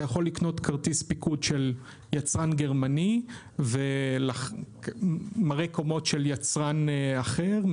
אתה יכול לקנות כרטיס פיקוד של יצרן גרמני ומראה קומות של יצרן אחר,